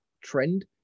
trend